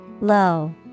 Low